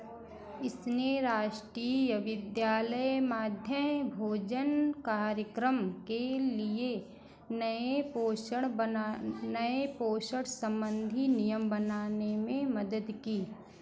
इसने राष्टीय विद्यालय माध्य भोजन कार्यक्रम के लिए नए पोषण बनाने नए संबंधी नियम बनाने में मदद की